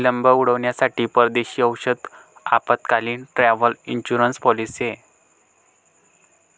विलंब उड्डाणांसाठी परदेशी औषध आपत्कालीन, ट्रॅव्हल इन्शुरन्स पॉलिसी आहे